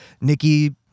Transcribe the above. Nikki